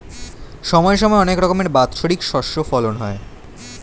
সময় সময় অনেক রকমের বাৎসরিক শস্য ফলন হয়